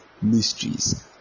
mysteries